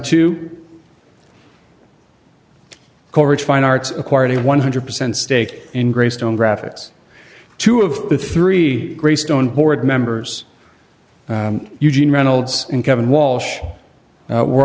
two corage fine arts acquired a one hundred percent stake in greystone graphics two of the three greystone board members eugene reynolds and kevin walsh